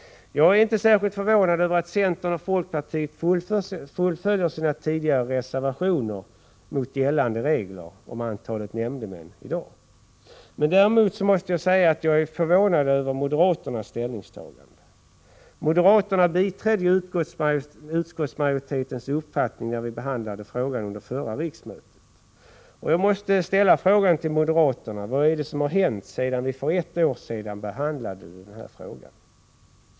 Jag är inte särskilt förvånad över att centern och folkpartiet fullföljer sina tidigare reservationer mot gällande regler om antalet nämndemän i dag. Däremot måste jag säga att jag är förvånad över moderaternas ställningstagande. Moderaterna biträdde ju utskottsmajoritetens uppfattning när vi behandlade frågan under förra riksmötet, och jag måste ställa frågan till moderaterna: Vad är det som har hänt sedan vi för ett år sedan behandlade den här frågan?